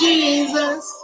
Jesus